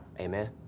Amen